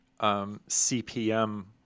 CPM